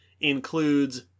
includes